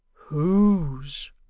whose?